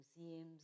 museums